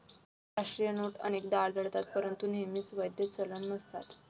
राष्ट्रीय नोट अनेकदा आढळतात परंतु नेहमीच वैध चलन नसतात